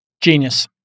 genius